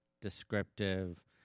descriptive